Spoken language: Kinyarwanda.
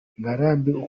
ngarambe